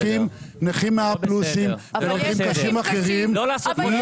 אדוני, לא לעשות על